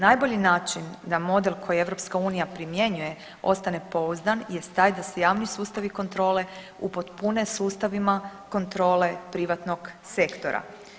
Najbolji način da model koji EU primjenjuje ostane pouzdan jest taj da se javni sustavi i kontrole upotpune sustavima kontrole privatnog sektora.